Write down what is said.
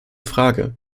frage